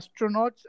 astronauts